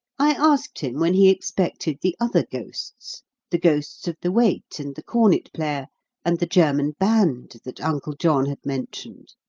i asked him when he expected the other ghosts the ghosts of the wait and the cornet-player, and the german band that uncle john had mentioned.